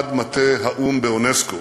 עד מטה האו"ם באונסק"ו,